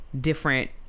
different